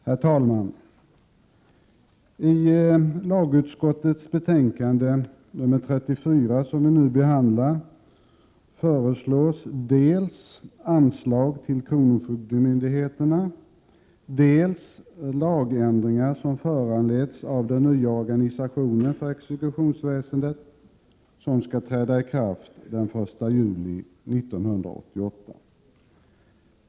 Herr talman! I lagutskottets betänkande 34, som vi nu behandlar, föreslås dels anslag till kronofogdemyndigheterna, dels lagändringar som föranletts av den nya organisation för exekutionsväsendet som skall träda i kraft den 1 juli 1988.